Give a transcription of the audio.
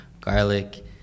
garlic